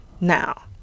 now